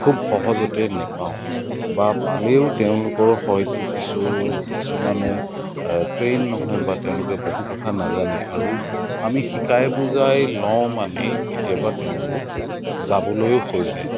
খুব সহজতে নাপাওঁ বা পালেও তেওঁলোকৰ হয়তো কিছু কিছুমানে ট্ৰেইন নহয় বা তেওঁলোকে বহু কথা নাজানে আৰু আমি শিকাই বুজাই লওঁ মানে কেতিয়াবা তেওঁলোক যাবলৈয়ো হৈ যায়